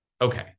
okay